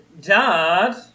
Dad